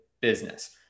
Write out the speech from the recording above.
business